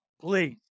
please